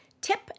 Tip